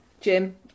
Jim